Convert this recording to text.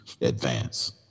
advance